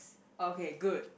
okay good